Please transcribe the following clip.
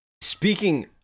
Speaking